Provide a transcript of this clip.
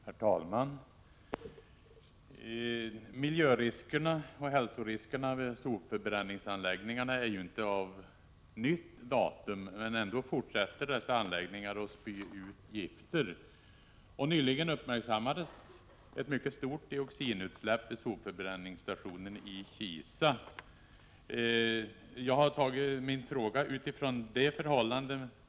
Herr talman! Miljöoch hälsoriskerna vid sopförbränningsanläggningarna är ju inte av nytt datum. Ändå fortsätter dessa anläggningar att spy ut gifter. Nyligen uppmärksammades ett mycket stort dioxinutsläpp vid sopförbränningsstationen i Kisa. Jag har framställt min fråga utifrån det förhållandet.